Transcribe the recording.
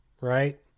right